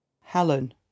Helen